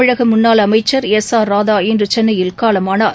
தமிழக முன்னாள் அமைச்சர் எஸ் ஆர் ராதா இன்று சென்னையில் காலமானார்